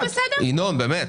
ינון, באמת.